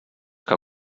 que